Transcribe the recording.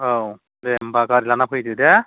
औ दे होनबा गारि लाना फैदो दे